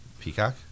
Peacock